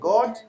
God